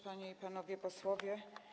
Panie i Panowie Posłowie!